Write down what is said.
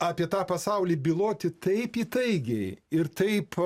apie tą pasaulį byloti taip įtaigiai ir taip